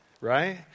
right